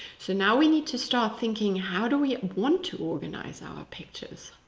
so, now we need to start thinking. how do we want to organize our pictures?